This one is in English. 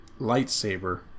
lightsaber